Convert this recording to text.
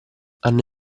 hanno